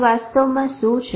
તે વાસ્તવમાં શું છે